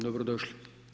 Dobrodošli.